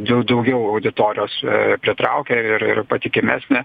jau daugiau auditorijos pritraukia ir ir patikimesnė